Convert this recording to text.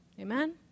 Amen